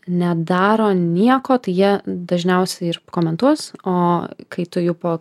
nedaro nieko tai jie dažniausiai ir komentuos o kai tu jų po